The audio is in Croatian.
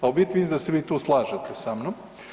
A u biti mislim da se vi tu slažete sa mnom.